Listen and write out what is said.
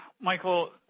Michael